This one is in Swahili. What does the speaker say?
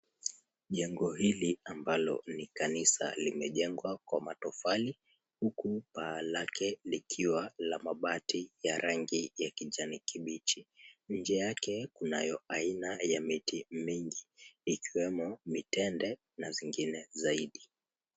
Jengo hili ambalo ni kanisa, limejengwa kwa matofali, huku paa lake likiwa la mabati ya rangi ya kijani kibichi. Nje yake kunayo aina ya miti mingi ikiwemo, mitende na zingine zaidi.